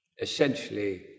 essentially